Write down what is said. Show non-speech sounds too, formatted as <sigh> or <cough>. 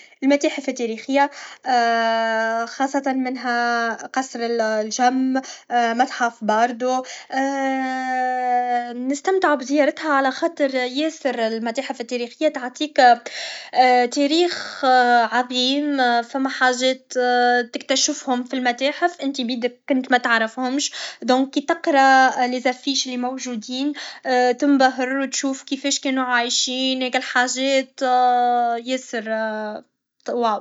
المتاحف التاريخية خاصة منها قصر الجم متحف الباردو <hesitation> نستمتع بزيارتها خاطر ياسر المتاحف التاريخية تعطيك تاريخ عظيم ثم حاجات تكتشفهم فالمتاحف انتي بيدك كنت متعرفهمش دونك كي تقرا ليزافيش لي موجودين تنبهر تشوف كفاه كانو عايشين هك الحاجات ياسر واو